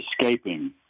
escaping